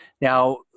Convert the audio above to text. Now